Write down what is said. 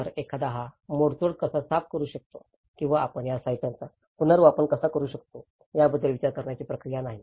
तर एखादा हा मोडतोड कसा साफ करू शकतो किंवा आपण या साहित्यांचा पुन्हा वापर कसा करू शकतो याबद्दल विचार करण्याची प्रक्रिया नाही